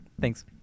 thanks